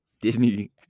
Disney